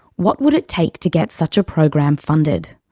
what would it take to get such a program funded?